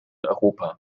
europa